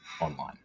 online